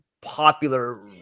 popular